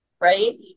Right